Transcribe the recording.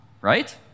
right